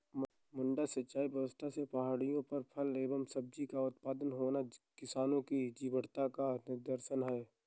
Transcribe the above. मड्डा सिंचाई व्यवस्था से पहाड़ियों पर फल एवं सब्जियों का उत्पादन होना किसानों की जीवटता का निदर्शन है